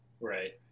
Right